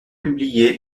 publié